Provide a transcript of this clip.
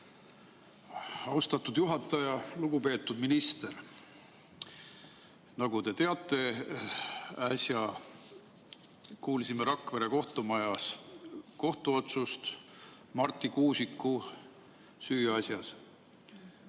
Austatud juhataja! Lugupeetud minister! Nagu te teate, kuulsime äsja Rakvere kohtumajas kohtuotsust Marti Kuusiku süüasjas.